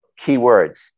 keywords